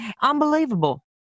Unbelievable